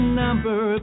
number